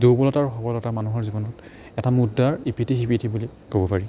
দুৰ্বলতা আৰু সবলতা মানুহৰ জীৱনত এটা মুদ্ৰাৰ ইপিঠি সিপিঠি বুলি ক'ব পাৰি